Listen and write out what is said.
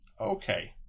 Okay